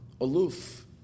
aloof